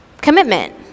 commitment